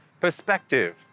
perspective